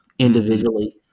Individually